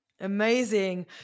amazing